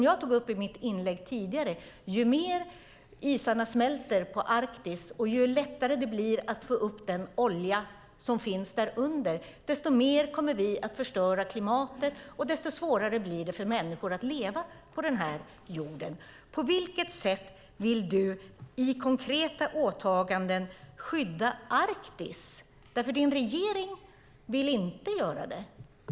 Jag sade i mitt inlägg tidigare att ju mer isarna smälter på Arktis och ju lättare det blir att få upp den olja som finns därunder, desto mer kommer vi att förstöra klimatet och desto svårare blir det för människor att leva på denna jord. På vilket sätt vill du i konkreta åtaganden skydda Arktis? Din regering vill nämligen inte göra det.